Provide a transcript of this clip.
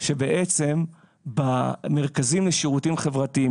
שבעצם במרכזים לשירותים חברתיים,